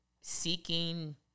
seeking